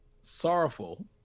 sorrowful